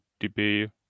DB